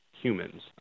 humans